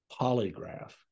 polygraph